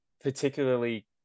particularly